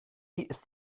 ist